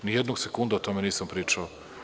Ni jednog sekunda o tome nisam pričao.